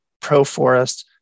Proforest